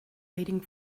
waiting